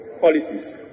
policies